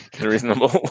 reasonable